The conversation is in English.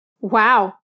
Wow